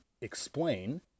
explain